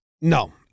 No